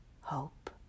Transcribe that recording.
Hope